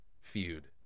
feud